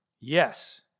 Yes